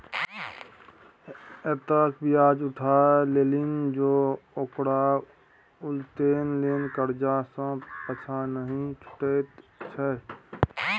एतेक ब्याज उठा लेलनि जे ओकरा उत्तोलने करजा सँ पाँछा नहि छुटैत छै